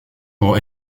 pour